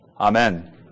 amen